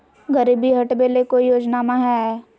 गरीबी हटबे ले कोई योजनामा हय?